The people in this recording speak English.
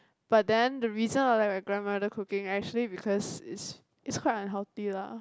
but then the reason I like my grandmother cooking actually because is is quite unhealthy lah